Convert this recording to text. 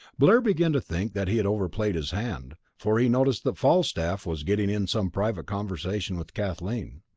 blair began to think that he had overplayed his hand, for he noticed that falstaff was getting in some private conversation with kathleen.